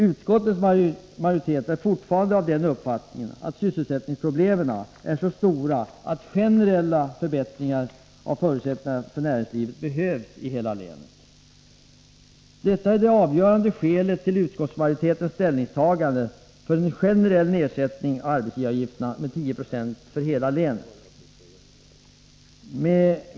Utskottets majoritet är fortfarande av den uppfattningen att sysselsättningsproblemen är så stora att en generell förbättring av förutsättningarna för näringslivet behövs i hela länet. Detta är det avgörande skälet till utskottsmajoritetens ställningstagande för en generell nedsättning av arbetsgivaravgifterna med tio procentenheter för hela länet.